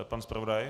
Pan zpravodaj?